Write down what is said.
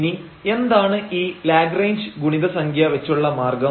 ഇനി എന്താണ് ഈ ലാഗ്റേഞ്ച് ഗുണിത സംഖ്യ വച്ചുള്ള മാർഗം